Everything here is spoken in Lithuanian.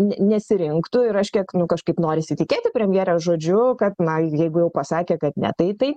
ne nesirinktų ir aš kiek nu kažkaip norisi tikėti premjero žodžiu kad na jeigu jau pasakė kad ne tai taip